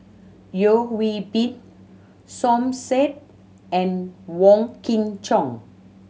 Yeo Hwee Bin Som Said and Wong Kin Jong